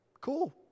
cool